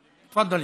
תפדלי.